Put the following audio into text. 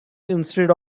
instead